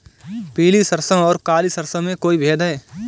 पीली सरसों और काली सरसों में कोई भेद है?